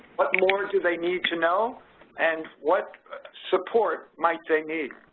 what more do they need to know and what support might they need?